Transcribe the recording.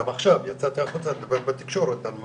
גם עכשיו יצאתי החוצה לדבר בתקשורת על מה?